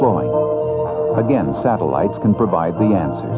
flowing again satellites can provide the answer